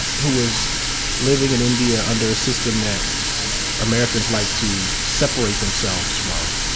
who was living in india under a system that americans like to separate themselves from,